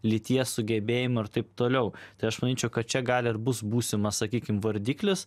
lyties sugebėjimų ir taip toliau tai aš manyčiau kad čia gal ir bus būsimas sakykim vardiklis